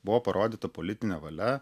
buvo parodyta politinė valia